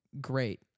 Great